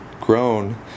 grown